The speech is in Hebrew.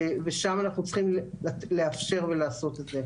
ושם אנחנו צריכים לאפשר ולעשות את זה.